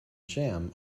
jam